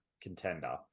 contender